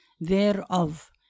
thereof